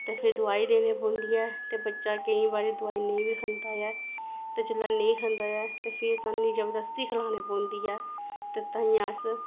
ते फ्ही दवाई देनी पौंदी ऐ ते बच्चा केईं बारी दवाई नेईं बी खंदा ऐ ते जेल्लै नेईं खंदा ऐ ते फ्ही सानूं जबरदस्ती खलानी पौंदी ऐ ते ताइयें अस